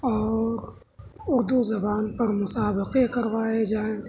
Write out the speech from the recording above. اور اردو زبان پر مسابقے کروائے جائیں